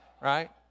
Right